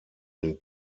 den